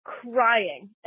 crying